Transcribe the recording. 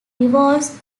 revolves